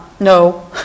no